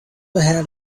ahead